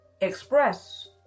Express